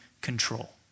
control